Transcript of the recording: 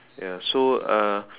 ya so uh